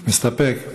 מסתפק?